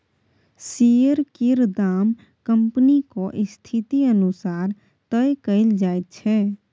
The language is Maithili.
शेयर केर दाम कंपनीक स्थिति अनुसार तय कएल जाइत छै